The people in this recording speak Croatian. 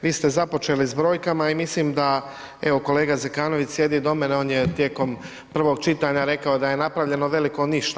Vi ste započeli s brojkama i mislim da, evo, kolega Zekanović sjedi do mene, on je tijekom prvog čitanja rekao da je napravljeno veliko ništa.